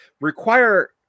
require